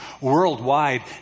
worldwide